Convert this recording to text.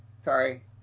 Sorry